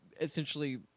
essentially